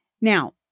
Now